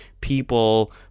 people